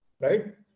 Right